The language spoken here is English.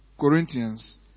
Corinthians